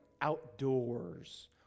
outdoors